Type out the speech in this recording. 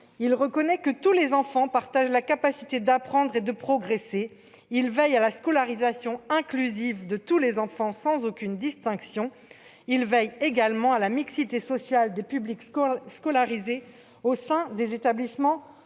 Il reconnaît que tous les enfants partagent la capacité d'apprendre et de progresser. Il veille à la scolarisation inclusive de tous les enfants, sans aucune distinction. Il veille également à la mixité sociale des publics scolarisés au sein des établissements